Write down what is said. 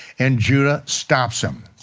and judah stops him.